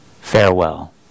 Farewell